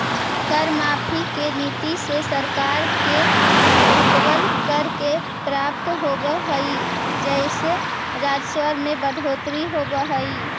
कर माफी के नीति से सरकार के रुकवल, कर के प्राप्त होवऽ हई जेसे राजस्व में बढ़ोतरी होवऽ हई